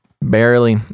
barely